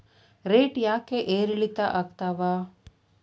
Rate ಯಾಕೆ ಏರಿಳಿತ ಆಗ್ತಾವ?